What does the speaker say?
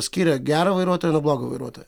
skiria gerą vairuotoją nuo blogo vairuotojo